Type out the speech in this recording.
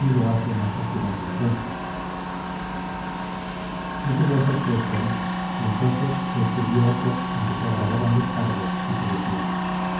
ni lo haze mas de tirar la rrenta no tuvo efecto este aviso y entonces se escribió otro en que se agravaban los cargos y se decía